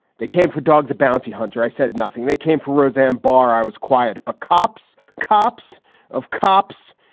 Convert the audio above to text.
they came for dog the bounty hunter. i said nothing. they came for roseanne barr. i was quiet. but cops, cops of cops.